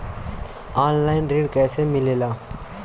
Online ऋण कैसे मिले ला?